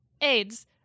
AIDS